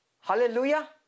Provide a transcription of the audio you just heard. Hallelujah